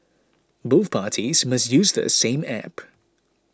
both parties must use the same app